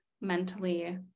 mentally